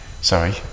sorry